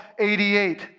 88